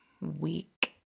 week